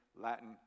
Latin